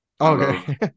Okay